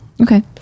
Okay